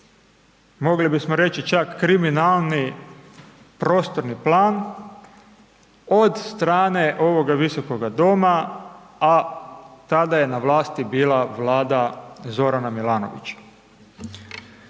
mogli bismo reći čak kriminalni prostorni plan od strane ovoga visokoga doma, a tada je na vlasti bila vlada Zorana Milanovića.